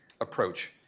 approach